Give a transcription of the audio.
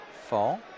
fall